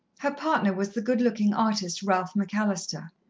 her partner was the good-looking artist, ralph mcallister.